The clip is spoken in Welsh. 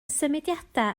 symudiadau